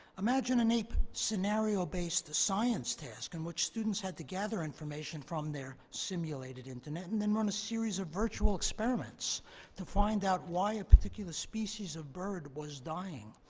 imagine a naep scenario-based, science test in which students had to gather information from their simulated internet and then run a series of virtual experiments to find out why a particular species of bird was dying.